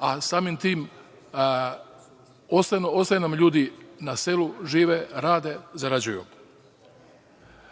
a samim tim, ostaju nam ljudi na selu žive, rade, zarađuju. Dolazim